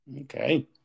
Okay